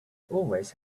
always